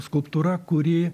skulptūra kuri